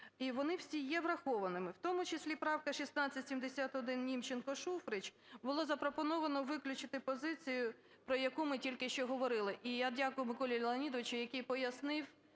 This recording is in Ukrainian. вони всі є врахованими. В тому числі правкою 1671,Німченко-Шуфрич, було запропоновано виключити позицію, про яку ми тільки що говорили. І я дякую Миколі Леонідовичу, який пояснив